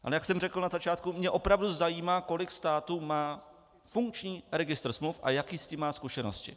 Ale jak jsem řekl na začátku, mě opravdu zajímá, kolik států má funkční registr smluv a jaké s tím má zkušenosti.